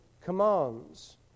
commands